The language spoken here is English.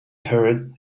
heard